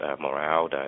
morale